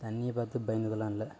தண்ணியை பார்த்து பயந்ததுலாம் இல்லை